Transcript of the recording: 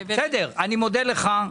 אני מודה לך.